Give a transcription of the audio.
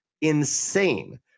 insane